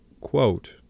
quote